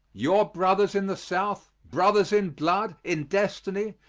your brothers in the south brothers in blood, in destiny,